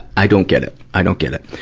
i don't get it. i don't get it.